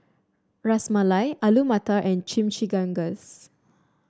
Ras Malai Alu Matar and Chimichangas